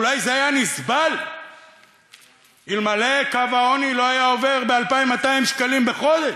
אולי זה היה נסבל אלמלא קו העוני לא היה עובר ב-2,200 שקלים בחודש.